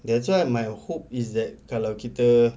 that's what my hope is that kalau kita